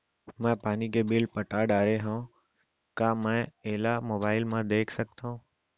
मैं पानी के बिल पटा डारे हव का मैं एला मोबाइल म देख सकथव?